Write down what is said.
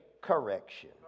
Correction